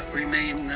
remain